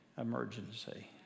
emergency